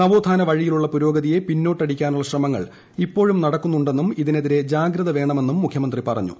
നവോഥാന വഴിയിലുള്ള പുരോഗതിയെ പിന്നോട്ടടിക്കാനുള്ള ശ്രമങ്ങൾ ഇപ്പോഴും നടക്കുന്നുണ്ടെന്നും ഇതിനെതിരെ ജാഗ്രത വേണമെന്നും മുഖ്യമന്ത്രി പറഞ്ഞു